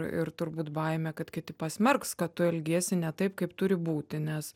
ir turbūt baimė kad kiti pasmerks kad tu elgiesi ne taip kaip turi būti nes